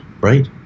right